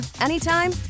anytime